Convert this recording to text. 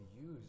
use